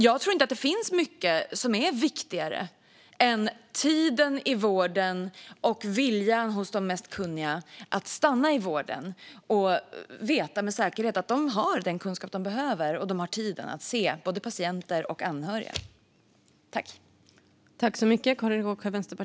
Jag tror inte att det finns mycket som är viktigare än tiden i vården och viljan hos de mest kunniga att stanna i vården och veta med säkerhet att de har den kunskap de behöver och tiden att se både patienter och anhöriga.